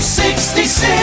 66